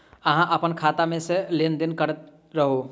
अहाँ अप्पन खाता मे सँ लेन देन करैत रहू?